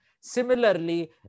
similarly